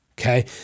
Okay